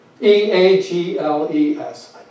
E-A-G-L-E-S